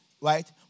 right